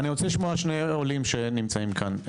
אני רוצה לשמוע שני עולים שנמצאים כאן.